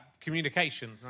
communication